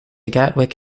gatwick